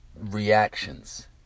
reactions